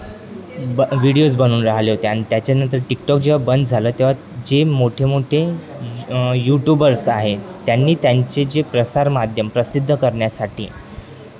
ब व्हिडिओज बनवून राहिले होते अन त्याच्यानंतर टिकटॉक जेव्हा बंद झालं तेव्हा जे मोठे मोठे यूट्यूबर्स आहेत त्यांनी त्यांचे जे प्रसार माध्यम प्रसिद्ध करण्यासाठी